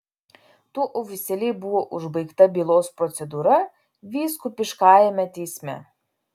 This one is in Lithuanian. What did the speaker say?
tuo oficialiai buvo užbaigta bylos procedūra vyskupiškajame teisme